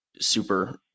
super